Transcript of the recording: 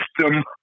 system